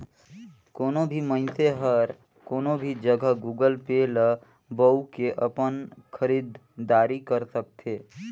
कोनो भी मइनसे हर कोनो भी जघा गुगल पे ल बउ के अपन खरीद दारी कर सकथे